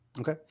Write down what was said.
Okay